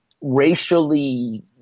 racially